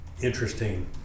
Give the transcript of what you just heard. interesting